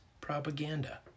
propaganda